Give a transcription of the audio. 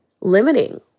limiting